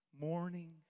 morning